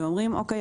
והם אומרים,